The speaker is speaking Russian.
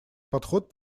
подход